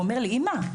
הוא אומר לי אימא,